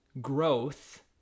Growth